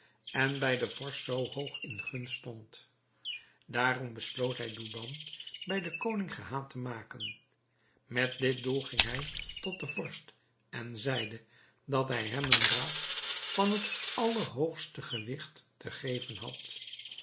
en bij den vorst zoo hoog in gunst stond daarom besloot hij douban bij den koning gehaat te maken met dit doel ging hij tot den vorst en zeide dat hij hem een raad van het allerhoogste gewigt te geven had